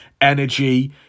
energy